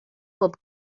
bob